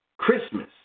Christmas